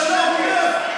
זה לא הולך.